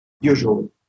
usually